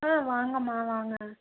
ஆ வாங்கம்மா வாங்க